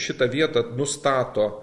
šitą vietą nustato